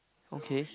okay